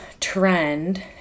trend